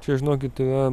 čia žinokit yra